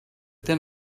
then